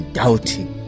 doubting